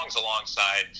alongside